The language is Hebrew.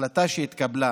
ההחלטה שהתקבלה